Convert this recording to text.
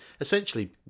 essentially